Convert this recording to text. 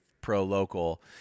pro-local